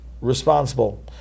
responsible